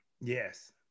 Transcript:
Yes